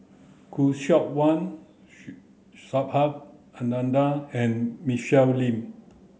Khoo Seok Wan Subhas Anandan and Michelle Lim